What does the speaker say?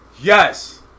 Yes